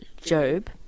Job